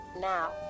now